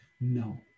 No